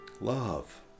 love